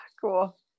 Cool